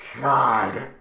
God